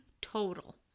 total